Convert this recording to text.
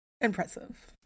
Impressive